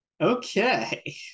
Okay